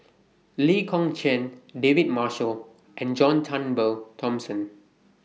Lee Kong Chian David Marshall and John Turnbull Thomson